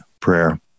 prayer